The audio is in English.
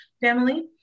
family